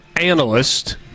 analyst